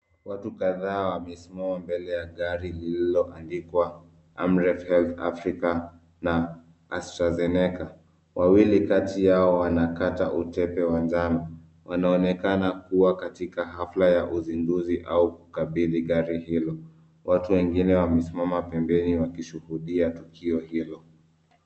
Watu kadhaa wamesimama mbele ya gari lilio andikwa Amref Health Africa na Astrazeneca wawili kati yao wanakata utepe wa njano. Wanaonekana kuwa katikata hafla uzinduzi au kukabidhi gari hilo. Watu wengine wamesimama pembeni wakishuhudia tukio hilo.